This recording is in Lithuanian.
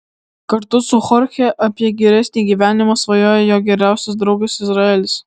kartu su chorche apie geresnį gyvenimą svajoja jo geriausias draugas izraelis